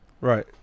right